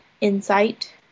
Insight